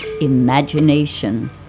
imagination